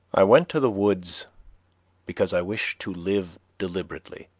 i went to the woods because i wished to live deliberately,